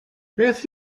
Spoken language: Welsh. beth